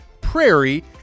prairie